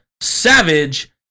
savage